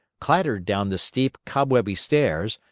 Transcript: clattered down the steep, cobwebby stairs,